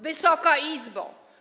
Wysoka Izbo!